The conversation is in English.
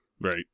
Right